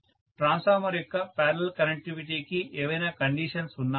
transformer యొక్క parallel కనెక్టివిటీకి ఏవైనా కండీషన్స్ ఉన్నాయా